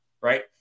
right